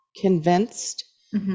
convinced